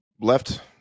left